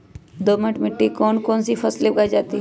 दोमट मिट्टी कौन कौन सी फसलें उगाई जाती है?